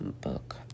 book